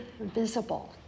visible